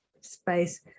space